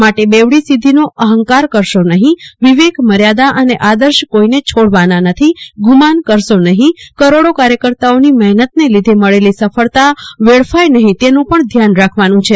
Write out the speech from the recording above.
માટે બેવડી સિધ્ધીનો અહંકાર કરશો નહિં વિવેક મયાદા અને આદર્શ કોઈને છોડવાના નથી ગુમાન કરશો નહિં કરોડો કાર્યકર્તાઓની મહેનતન લીધે મળલી સફળતા વેડફાય નહિં તેનું પણ ધ્યાન રાખવાનું છે